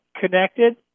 connected